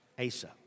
Asa